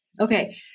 Okay